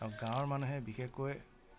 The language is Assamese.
আৰু গাঁৱৰ মানুহে বিশেষকৈ